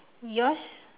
yours